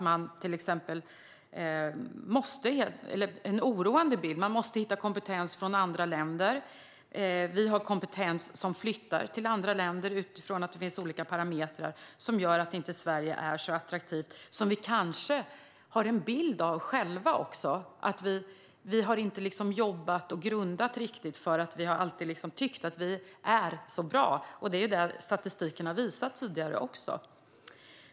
Man måste hitta kompetens från andra länder. Vi har kompetens som flyttar till andra länder utifrån att det finns olika parametrar som gör att Sverige inte är så attraktivt som vi kanske själva har en bild av. Vi har liksom inte jobbat och grundat riktigt, för vi har alltid tyckt att vi är så bra. Det är också det statistiken har visat tidigare.